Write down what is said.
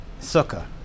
sukkah